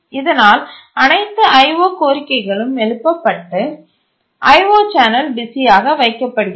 இதனால் அனைத்து I O கோரிக்கைகளும் எழுப்பப்பட்டு I O சேனல் பிஸியாக வைக்கப்படுகிறது